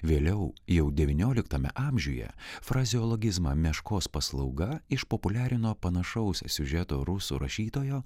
vėliau jau devynioliktame amžiuje frazeologizmą meškos paslauga išpopuliarino panašaus siužeto rusų rašytojo